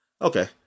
Okay